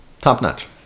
top-notch